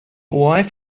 wife